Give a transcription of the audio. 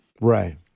Right